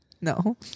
no